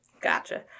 Gotcha